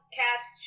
cast